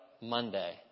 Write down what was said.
Monday